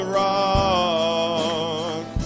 rock